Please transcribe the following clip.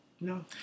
No